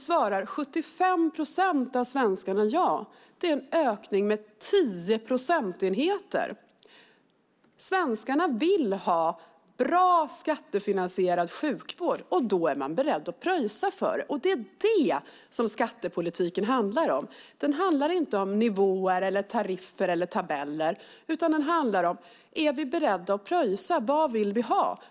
svarar 75 procent av svenskarna ja. Det är en ökning med 10 procentenheter. Svenskarna vill ha bra, skattefinansierad sjukvård, och då är man beredd att pröjsa för det. Det är det skattepolitiken handlar om. Den handlar inte om nivåer, tariffer eller tabeller, utan den handlar om huruvida vi är beredda att pröjsa. Vad vill vi ha?